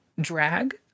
drag